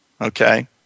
okay